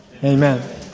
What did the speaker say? Amen